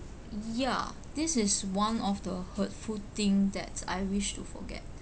y~ ya this is one of the hurtful thing that I wish to forget